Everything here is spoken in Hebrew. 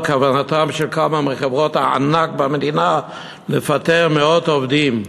כוונתן של כמה מחברות הענק במדינה לפטר מאות עובדים?